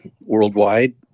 worldwide